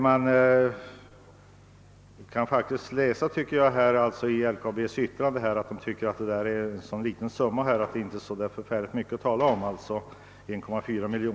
Man kan enligt min mening faktiskt utläsa av LKAB:s yttrande, att företaget tycker att 1,4 miljoner är en så obetydlig summa att det inte är mycket att tala om.